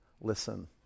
listen